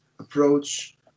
approach